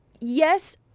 yes